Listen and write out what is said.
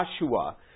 Joshua